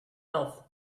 health